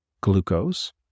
glucose